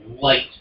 light